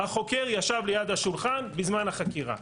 החוקר ישב ליד השולחן בזמן החקירה,